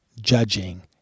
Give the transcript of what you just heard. judging